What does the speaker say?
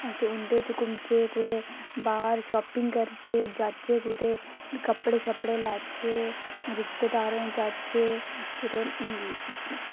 अस उं'दे च घुमचे कुतै बाह्र शापिंग करचै जाचै कुतै कपड़े शपड़े लैचै कुतै रिश्तेदारें दे जाह्चै कुतै